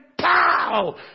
pow